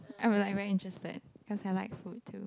I'm like very interested cause I like food too